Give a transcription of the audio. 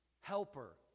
helper